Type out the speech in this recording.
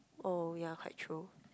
oh ya quite true